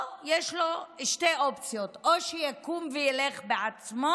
יש לו שתי אופציות: שיקום וילך בעצמו